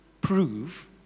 prove